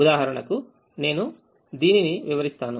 ఉదాహరణకు నేను దీనిని వివరిస్తాను